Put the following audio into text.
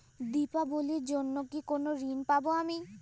দীপাবলির জন্য কি কোনো ঋণ পাবো আমি?